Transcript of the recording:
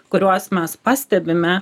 kuriuos mes pastebime